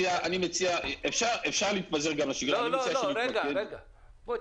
אפשר להתפזר גם לשגרה, אני מציע שנתמקד בנושא.